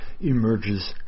emerges